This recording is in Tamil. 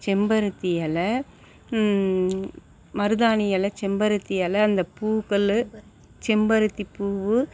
செம்பருத்தி இல மருதாணி இல செம்பருத்தி இல இந்த பூ கல் செம்பருத்தி பூவு